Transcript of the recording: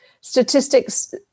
statistics